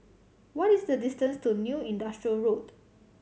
what is the distance to New Industrial Road